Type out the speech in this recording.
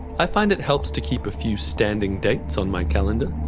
i find it helps to keep a few standing dates on my calendar.